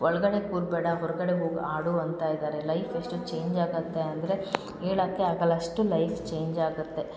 ಒಳಗಡೆ ಕೂರಬೇಡ ಹೊರಗಡೆ ಹೋಗಿ ಆಡು ಅಂತ ಇದ್ದಾರೆ ಲೈಫ್ ಎಷ್ಟು ಚೇಂಜ್ ಆಗುತ್ತೆ ಅಂದರೆ ಹೇಳಕ್ಕೇ ಆಗಲ್ಲ ಅಷ್ಟು ಲೈಫ್ ಚೇಂಜ್ ಆಗುತ್ತೆ